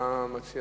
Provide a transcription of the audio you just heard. מה שיציע